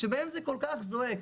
שאת רק רוצה וצריכה.